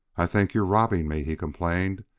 i think you're robbing me, he complained,